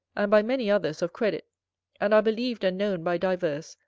and by many others of credit and are believed and known by divers,